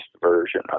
version